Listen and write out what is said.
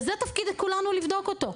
וזה תפקיד לכולנו לבדוק אותו.